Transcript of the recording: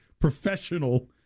professional